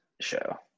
show